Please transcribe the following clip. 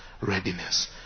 Readiness